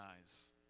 eyes